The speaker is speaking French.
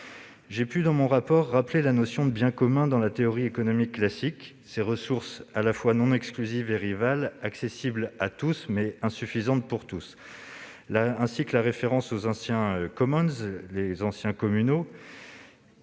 J'ai rappelé, dans mon rapport, la notion de « bien commun » dans la théorie économique classique- ces ressources à la fois « non exclusives » et « rivales », accessibles à tous, mais insuffisantes pour tous -, la référence aux anciens les anciens « communaux